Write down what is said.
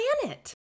planet